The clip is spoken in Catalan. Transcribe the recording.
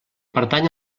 pertany